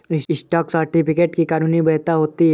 stock certificate की कानूनी वैधता होती है